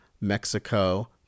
Mexico